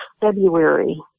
February